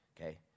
Okay